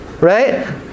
right